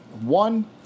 One